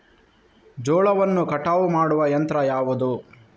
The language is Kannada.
ಜೋಳವನ್ನು ಕಟಾವು ಮಾಡುವ ಯಂತ್ರ ಯಾವುದು?